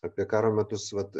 apie karo metus vat